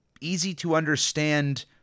easy-to-understand